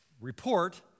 report